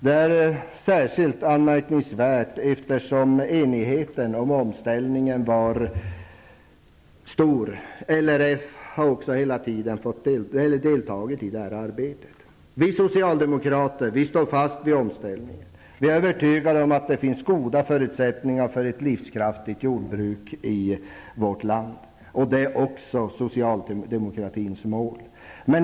Det är särskilt anmärkningsvärt med tanke på att enigheten i fråga om omställningen var stor. LRF har också hela tiden deltagit i arbetet. Vi socialdemokrater står fast vid omställningen. Vi är övertygade om att det finns goda förutsättningar för ett livskraftigt jordbruk i vårt land. Det är också socialdemokraternas mål.